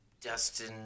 Dustin